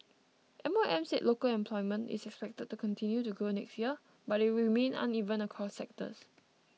M O M said local employment is expected to continue to grow next year but it will remain uneven across sectors